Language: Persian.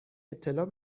اطلاع